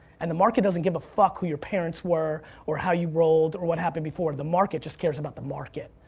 and the market doesn't give a fuck who your parents were or how you rolled, or what happened before. the market just cares about the market.